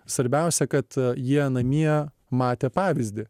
svarbiausia kad jie namie matė pavyzdį